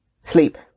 sleep